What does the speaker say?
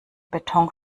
beton